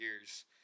years